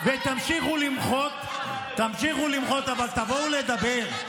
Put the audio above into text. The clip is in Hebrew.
אני מזכירה לך שלנו אין כתבי אישום.